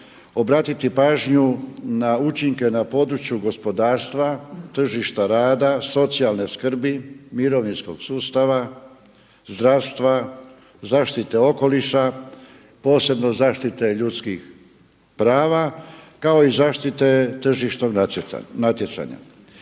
obratiti pažnju na učinke na području gospodarstva, tržišta rada, socijalne skrbi, mirovinskog sustava, zdravstva, zaštite okoliša. Posebno zaštite ljudskih prava kao i zaštite tržišnog natjecanja.